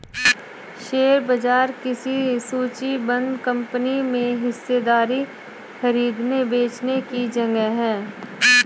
share बाजार किसी सूचीबद्ध कंपनी में हिस्सेदारी खरीदने बेचने की जगह है